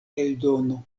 eldono